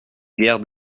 guerre